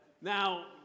Now